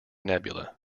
nebula